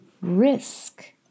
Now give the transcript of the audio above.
risk